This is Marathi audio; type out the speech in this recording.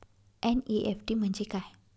एन.ई.एफ.टी म्हणजे काय?